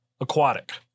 Aquatic